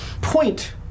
point